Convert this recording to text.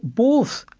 both,